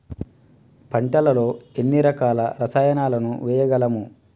పంటలలో ఎన్ని రకాల రసాయనాలను వేయగలము?